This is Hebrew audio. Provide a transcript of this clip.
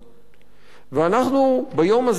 ואנחנו ביום הזה צריכים להבין